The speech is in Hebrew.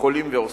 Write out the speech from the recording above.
יכולים ועושים.